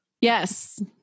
Yes